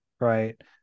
right